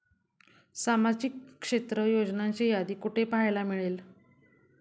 सामाजिक क्षेत्र योजनांची यादी कुठे पाहायला मिळेल?